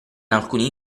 alcuni